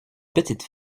petite